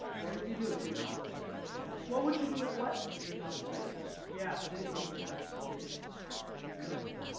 what would you do if you're not afraid? and i said what would you do if what? if you're not afraid. yeah. thirty days challenge documenting myself based on your,